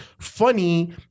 funny